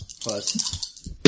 plus